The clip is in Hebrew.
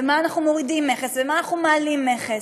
ועל מה אנחנו מורידים מכס ועל מה אנחנו מעלים מכס.